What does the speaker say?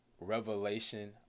revelation